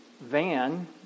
van